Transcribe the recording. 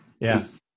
Yes